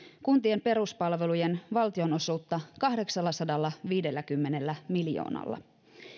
kuntien peruspalvelujen valtionosuutta kahdeksallasadallaviidelläkymmenellä miljoonalla